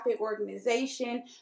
organization